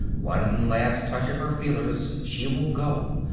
one last touch of her feelers, she will go,